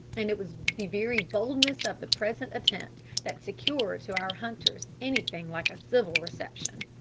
and it was the very boldness of the present attempt that secured to our hunters anything like a civil reception.